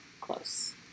close